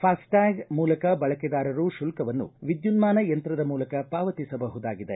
fast ಟ್ಫಾಗ್ ಮೂಲಕ ಬಳಕೆದಾರರು ಶುಲ್ತವನ್ನು ವಿದ್ಯುನ್ನಾನ ಯಂತ್ರದ ಪಾವತಿಸಬಹುದಾಗಿದೆ